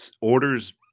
Orders